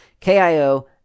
KIO